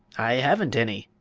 i haven't any,